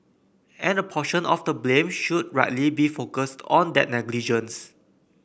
and a portion of the blame should rightly be focused on that negligence